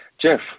Jeff